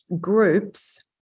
groups